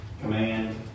command